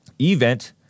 Event